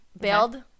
bailed